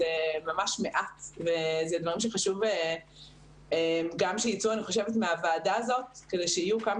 אז זה ממש מעט ואלה דברים שחשוב גם שייצאו מהוועדה הזאת כדי שיהיו כמה